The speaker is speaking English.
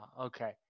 okay